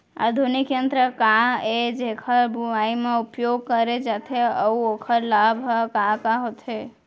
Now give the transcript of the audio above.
आधुनिक यंत्र का ए जेकर बुवाई म उपयोग करे जाथे अऊ ओखर लाभ ह का का होथे?